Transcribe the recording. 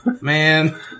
Man